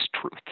truth